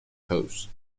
pose